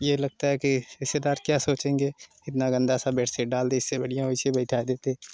यह लगता है कि रिश्तेदार क्या सोचेंगे इतना गंदा सा बेडशीट डाल दिए इससे बढ़िया ऐसे बैठा देते